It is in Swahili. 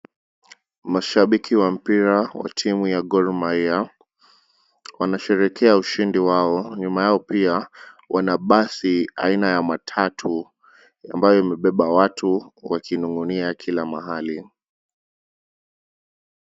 Mashabiki wa mpira wa timu ya Gor Mahia, wanasherehekea ushindi wao. Nyuma yao pia wana basi aina ya matatu ambayo imebeba watu wakining'inia kila mahali.